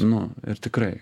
nu ir tikrai